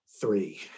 three